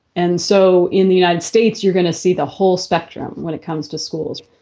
and so in the united states, you're going to see the whole spectrum when it comes to schools.